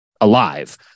alive